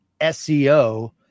SEO